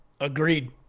Agreed